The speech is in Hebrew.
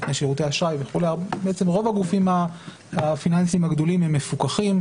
נותני שירותי אשראי וכולי רוב הגופים הפיננסיים הגדולים הם מפוקחים.